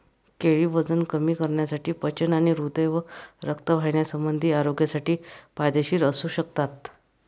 केळी वजन कमी करण्यासाठी, पचन आणि हृदय व रक्तवाहिन्यासंबंधी आरोग्यासाठी फायदेशीर असू शकतात